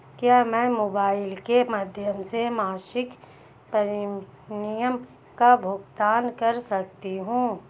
क्या मैं मोबाइल के माध्यम से मासिक प्रिमियम का भुगतान कर सकती हूँ?